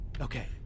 Okay